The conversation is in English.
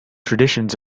traditions